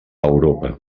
europa